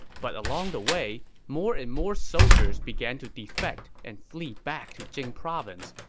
but along the way, more and more soldiers began to defect and flee back to jing province,